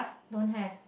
don't have